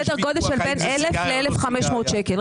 סדר גודל של בין 1,000 ל-1,500 שקלים.